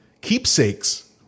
keepsakes